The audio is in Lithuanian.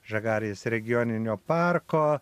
žagarės regioninio parko